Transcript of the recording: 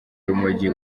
urumogi